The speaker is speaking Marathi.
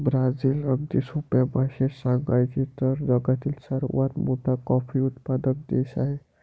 ब्राझील, अगदी सोप्या भाषेत सांगायचे तर, जगातील सर्वात मोठा कॉफी उत्पादक देश आहे